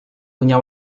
punya